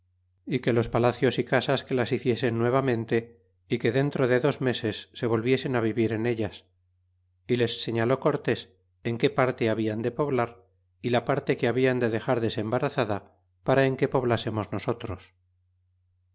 y que los palacios y casas que las hiciesen nuevamente y que dentro de dos meses se volviesen vivir en ellas y les señaló cortés en que parte hablan de poblar y la parte que hablan de dexar des embarazada para en que poblásemos nosotros